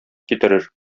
китерер